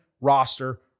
roster